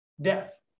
death